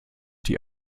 die